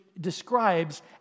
describes